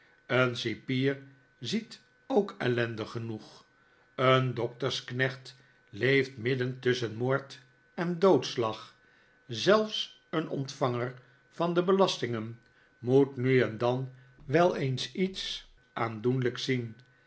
een cipier ziet ook ellende genoeg een doktersknecht leeft midden tusschen moord en doodslag zelfs een ontvanger van de belastingen moet nu en dan wel eens iets aandoenlijks zien